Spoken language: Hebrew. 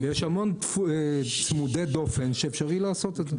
יש המון צמודי דופן שאפשר לעשות את זה.